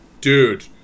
Dude